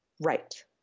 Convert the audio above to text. Right